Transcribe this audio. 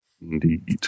Indeed